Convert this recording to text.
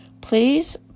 please